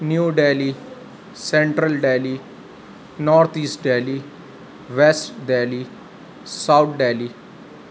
New Delhi central Delhi north east Delhi west Delhi south Delhi